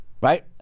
right